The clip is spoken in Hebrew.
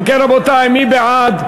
אם כן, רבותי, מי בעד?